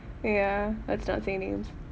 ya let's not say names